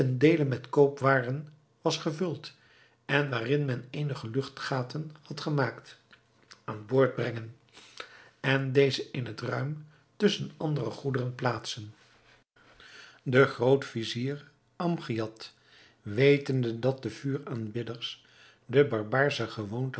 deele met koopwaren was gevuld en waarin men eenige luchtgaten had gemaakt aan boord brengen en deze in het ruim tusschen andere goederen plaatsen de groot-vizier amgiad wetende dat de vuuraanbidders de barbaarsche gewoonte